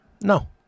No